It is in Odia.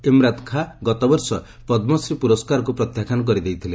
ଇମ୍ରାତ୍ ଖାଁ ଗତବର୍ଷ ପଦ୍କଶ୍ରୀ ପୁରସ୍କାରକୁ ପ୍ରତ୍ୟାଖ୍ୟାନ କରିଦେଇଥିଲେ